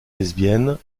lesbienne